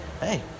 hey